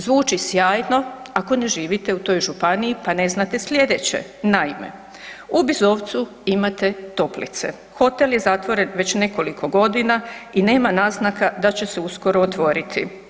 Zvuči sjajno, ako ne živite u toj županiji pa ne znate sljedeće, naime u Bizovcu imate toplice, hotel je zatvoren već nekoliko godina i nema naznaka da će se uskoro otvoriti.